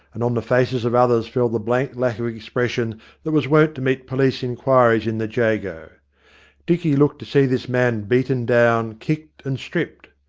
and on the faces of others fell the blank lack of expression that was wont to meet police inquiries in the jago. dicky looked to see this man beaten down, kicked and stripped.